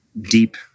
deep